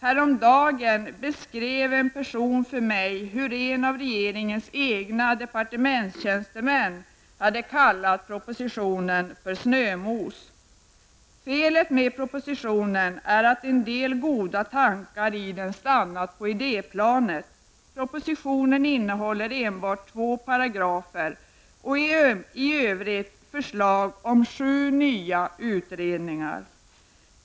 Häromdagen beskrev en person för mig hur en av regeringens egna departementstjänstemän hade kallat propositionen Felet med propositionen är att en del goda tankar i den har stannat på idéplanet. Propositionen innehåller enbart två paragrafer och i övrigt förslag om sju nya utredningar.